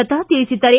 ಲತಾ ತಿಳಿಸಿದ್ದಾರೆ